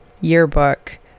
yearbook